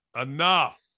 Enough